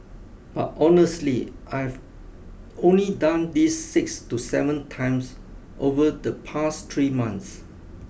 but honestly I've only done this six to seven times over the past three months